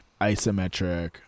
isometric